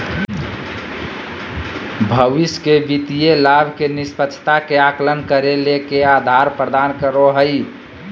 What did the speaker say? भविष्य के वित्तीय लाभ के निष्पक्षता के आकलन करे ले के आधार प्रदान करो हइ?